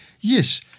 yes